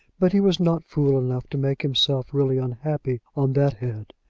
but he was not fool enough to make himself really unhappy on that head.